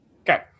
Okay